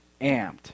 amped